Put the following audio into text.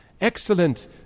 Excellent